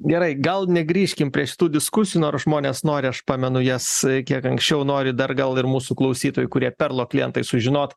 gerai gal negrįžkim prie šitų diskusijų nors žmonės nori aš pamenu jas kiek anksčiau nori dar gal ir mūsų klausytojai kurie perlo klientai sužinot